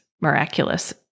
miraculous